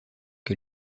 que